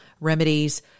remedies